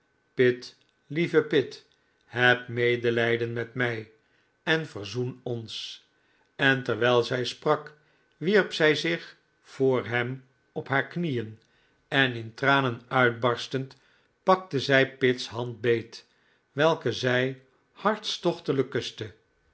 pitt lieve pitt heb medelijden met mij en verzoen ons en terwijl zij sprak wierp zij zich voor hem op haar knieen en in tranen uitbarstend pakte zij pitt's hand beet welke zij hartstochtelijk kuste